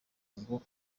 ngo